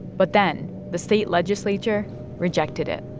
but then the state legislature rejected it,